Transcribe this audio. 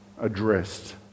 addressed